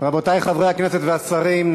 רבותי חברי הכנסת והשרים,